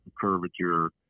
curvature